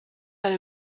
eine